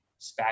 SPAC